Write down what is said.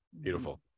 beautiful